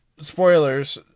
Spoilers